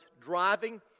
driving